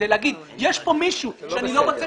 אני אומר שיש כאן מישהו שאני לא רוצה